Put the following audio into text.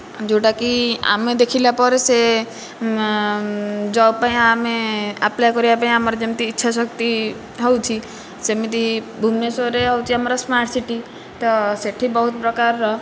ଯେଉଁଟାକି ଆମେ ଦେଖିଲା ପରେ ସେ ଜବ ପାଇଁ ଆମେ ଆପ୍ଳାଇ କରିବା ପାଇଁ ଆମର ଯେମିତି ଇଚ୍ଛା ଶକ୍ତି ହେଉଛି ସେମିତି ଭୁବନେଶ୍ୱରରେ ହେଉଛି ଆମର ସ୍ମାର୍ଟ ସିଟି ତ ସେ'ଠି ବହୁତ ପ୍ରକାରର